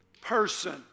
person